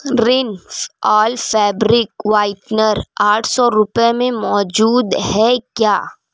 رینس all fabric whitener آٹھ سو روپے میں موجود ہے کیا